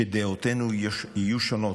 שדעותינו יהיו שונות,